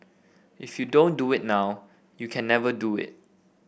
if you don't do it now you can never do it